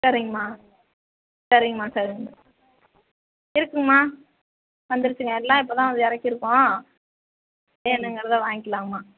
சரிங்மா சரிங்மா சரிங் இருக்குங்கமா வந்துடுச்சுங்க எல்லாம் இப்போ தான் வந்து இறக்கிருக்கோம் வேணுங்கறதை வாங்கிக்கலாம்மா